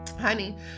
Honey